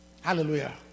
Hallelujah